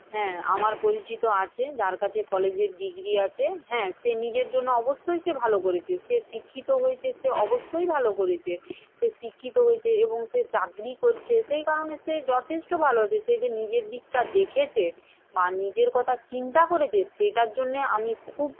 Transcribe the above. হ্যাঁ আমার পরিচিত আছে যার কাছে কলেজের ডিগ্রি আছে হ্যাঁ সে নিজের জন্য অবশ্যই সে ভালো করেছে সে শিক্ষিতও হয়েছে সে অবশ্যই ভালো করেছে সে শিক্ষিত হয়েছে এবং সে চাকরি করছে সেই কারণে সে যথেষ্ট ভালো আছে সে যে নিজের দিকটা দেখেছে বা নিজের কথা চিন্তা করেছে সেটার জন্য আমি খুব